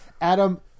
Adam